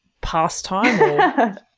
pastime